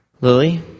Lily